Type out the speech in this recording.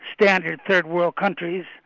standard third world countries,